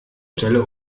stelle